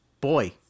Boy